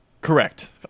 Correct